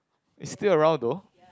it's still around though